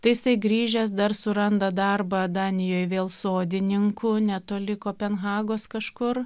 tai jisai grįžęs dar suranda darbą danijoj vėl sodininku netoli kopenhagos kažkur